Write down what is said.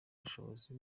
bushobozi